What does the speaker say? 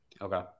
okay